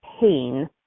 pain